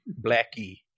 blackie